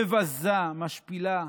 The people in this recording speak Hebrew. מבזה, משפילה,